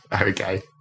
okay